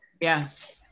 Yes